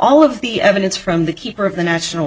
all of the evidence from the keeper of the national